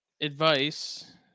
advice